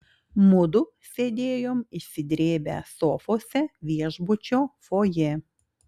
mudu sėdėjom išsidrėbę sofose viešbučio fojė